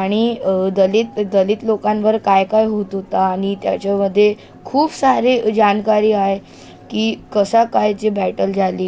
आणि दलित दलित लोकांवर काय काय होत होतं आणि त्याच्यामध्ये खूप सारी जानकारी आहे की कसा काय जे बॅटल झाली